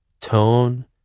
tone